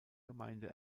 gemeinde